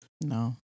no